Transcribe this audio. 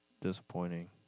disappointing